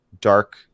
dark